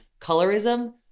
colorism